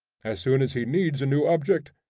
as soon as he needs a new object,